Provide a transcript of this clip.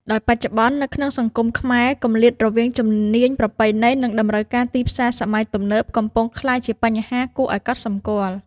ដោយបច្ចុប្បន្ន នៅក្នុងសង្គមខ្មែរ គម្លាតរវាងជំនាញប្រពៃណី និងតម្រូវការទីផ្សារសម័យទំនើបកំពុងក្លាយជាបញ្ហាគួរឱ្យកត់សម្គាល់។